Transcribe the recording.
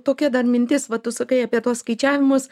tokia dar mintis va tu sakai apie tuos skaičiavimus